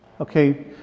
Okay